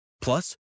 Plus